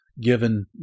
given